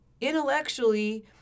intellectually